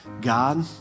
God